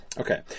Okay